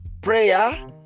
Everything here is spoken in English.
prayer